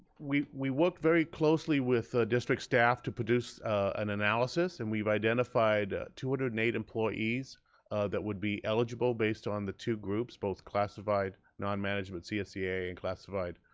we we work very closely with district staff to produce an analysis and we've identified two hundred and eight employees that would be eligible based on the two groups, both classified non-management csea and classified